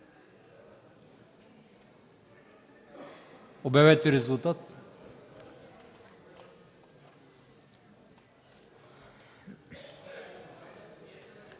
Обявете резултат.